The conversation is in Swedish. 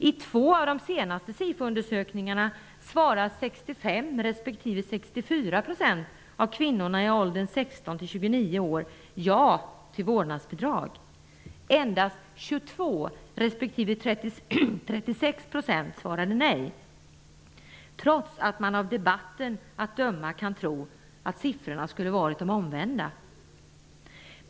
I två av de senaste Sifoundersökningarna sade 65 % respektive 64 % av kvinnorna i åldrarna respektive 36 % sade nej, trots att man av debatten att döma kan tro att siffrorna skulle vara de omvända.